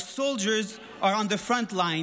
Our soldiers are on the front lines,